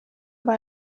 aber